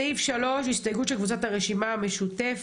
סעיף 3 הסתייגות של קבוצת הרשימה המשותפת.